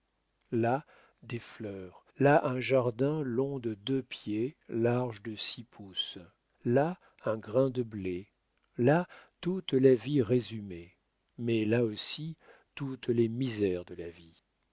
là des fleurs là un jardin long de deux pieds large de six pouces là un grain de blé là toute la vie résumée mais là aussi toutes les misères de la vie